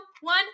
one